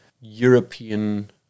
European